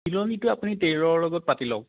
চিলনিটো আপুনি টেইলৰৰ লগত পাতি লওক